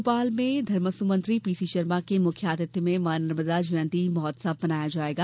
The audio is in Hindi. भोपाल में धर्मस्व मंत्री पीसी शर्मा के मुख्य आतिथ्य में माँ नर्मदा जयंती महोत्सव मनाया जायेगा